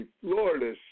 Florida